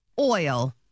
Oil